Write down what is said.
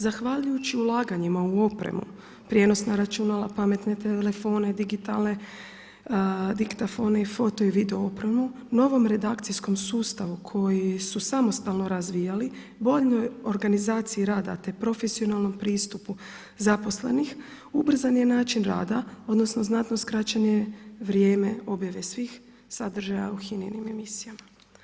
Zahvaljujući ulaganjima u opremu, prijenosna računala, pametne telefone, digitalne diktafone i foto i video opremu u novom redakcijskom sustavu koji su samostalno razvijali boljoj organizaciji rada te profesionalnom pristupu zaposlenih, ubrzan je način rada odnosno znatno skraćeno vrijeme objave svih sadržaja u HINA-inim emisijama.